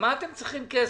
למה אתם צריכים כסף?